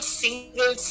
single